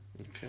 Okay